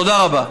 תודה רבה.